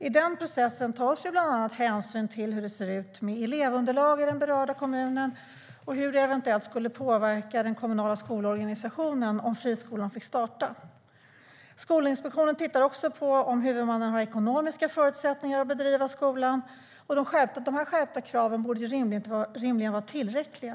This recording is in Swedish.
I den processen tas hänsyn bland annat till hur det ser ut med elevunderlag i den berörda kommunen och hur det eventuellt skulle påverka den kommunala skolorganisationen om friskolan fick starta. Skolinspektionen tittar också på om huvudmannen har ekonomiska förutsättningar att bedriva skolan. De skärpta kraven borde rimligen vara tillräckliga.